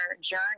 journey